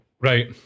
Right